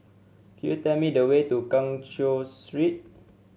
could you tell me the way to Keng Cheow Street